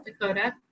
Dakota